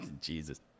Jesus